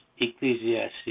Ecclesiastes